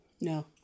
No